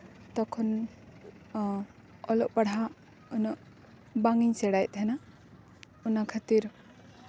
ᱛᱚᱠᱷᱚᱱ ᱦᱚᱸ ᱚᱞᱚᱜ ᱯᱟᱲᱦᱟᱜ ᱩᱱᱟᱹᱜ ᱵᱟᱝ ᱤᱧ ᱥᱮᱬᱟᱭᱮᱫ ᱛᱟᱦᱮᱱᱟ ᱚᱱᱟ ᱠᱷᱟᱹᱛᱤᱨ